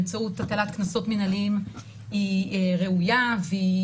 באמצעות הטלת קנסות מנהליים היא ראויה והיא